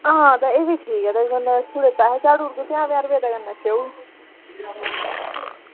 हां एह्बी ठीक ऐ पं'ञा पं'ञा रपेऽ चाढ़ी ओड़गे कन्नै स्येऊ